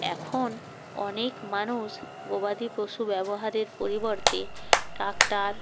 এখন অনেক মানুষ গবাদি পশু ব্যবহারের পরিবর্তে ট্র্যাক্টার